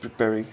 preparing